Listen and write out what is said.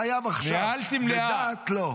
חייב עכשיו, ודת, לא.